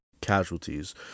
Casualties